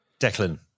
Declan